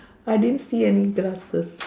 I didn't see any glasses